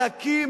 נקי,